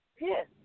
Yes